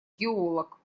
геолог